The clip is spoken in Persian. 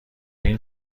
این